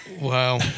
Wow